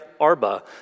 Arba